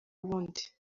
ubundi